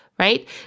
Right